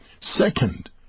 Second